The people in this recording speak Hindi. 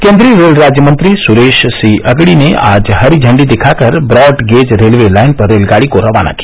केन्द्रीय रेल राज्य मंत्री सुरेश सी अगडी ने आज हरी झण्डी दिखाकर ब्राड गेज रेलवे लाइन पर रेलगाड़ी को रवाना किया